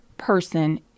person